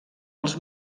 els